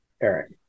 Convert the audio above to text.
Eric